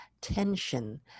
tension